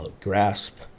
grasp